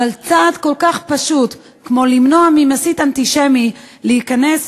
אבל צעד כל כך פשוט כמו למנוע ממסית אנטישמי להיכנס